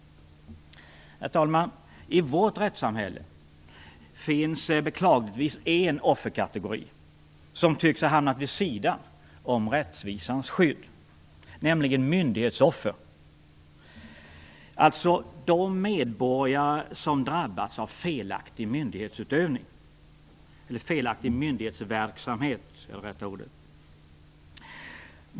Herr talman! I vårt rättssamhälle finns beklagligtvis en offerkategori som tycks ha hamnat vid sidan om rättvisans skydd. Jag tänker på myndighetsoffer, alltså de medborgare som drabbats av felaktig myndighetsverksamhet.